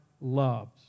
loves